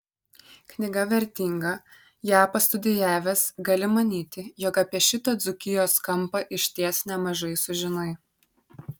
knyga vertinga ją pastudijavęs gali manyti jog apie šitą dzūkijos kampą išties nemažai sužinai